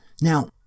Now